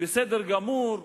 בסדר גמור.